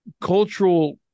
cultural